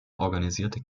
organisierte